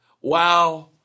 Wow